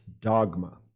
dogma